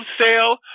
sale